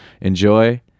enjoy